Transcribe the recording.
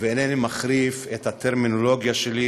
ואינני מחריף את הטרמינולוגיה שלי,